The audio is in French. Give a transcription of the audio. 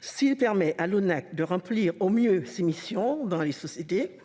s'il permet à l'ONAC de remplir aux mieux ses missions, dans une société